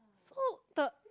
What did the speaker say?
so the